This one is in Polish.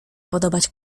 podobać